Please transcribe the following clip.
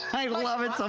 i love it. so